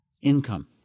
income